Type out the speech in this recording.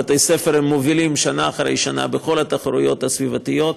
בתי-הספר מובילים שנה אחרי שנה בכל התחרויות הסביבתיות,